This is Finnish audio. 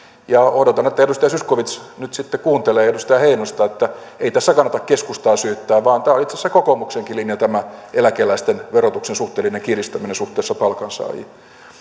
ja odotan että edustaja zyskowicz nyt sitten kuuntelee edustaja heinosta ei tässä kannata keskustaa syyttää vaan tämä on itse asiassa kokoomuksenkin linja tämä eläkeläisten verotuksen suhteellinen kiristäminen suhteessa palkansaajiin